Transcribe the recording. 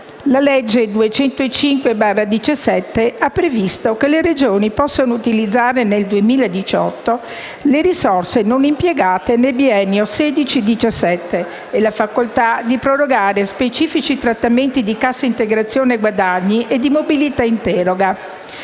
205 del 2017 ha previsto che le Regioni possano utilizzare nel 2018 le risorse non impiegate nel biennio 2016-2017 e la facoltà di prorogare specifici trattamenti di cassa integrazione guadagni e di mobilità in deroga.